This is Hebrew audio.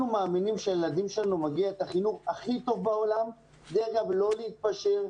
מאמינים שלילדים שלנו מגיע החינוך הכי טוב בעולם ולא להתפשר.